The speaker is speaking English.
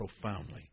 profoundly